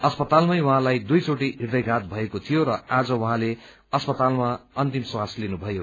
अस्पतालमै उहाँलाई दुइ चोटी हृदयघात भएको थियो र आज उहाँले अस्पतालमा अन्तिम श्वास लिनुभयो